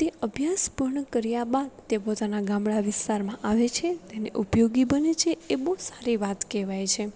તે અભ્યાસ પૂર્ણ કર્યા બાદ તે પોતાના ગામડા વિસ્તારમાં આવે છે તેને ઉપયોગી બને છે એ બહુ સારી વાત કહેવાય છે